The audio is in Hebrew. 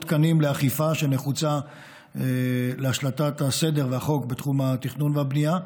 תקנים לאכיפה שנחוצה להשלטת הסדר והחוק בתחום התכנון והבנייה.